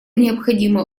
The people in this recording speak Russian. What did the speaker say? необходимое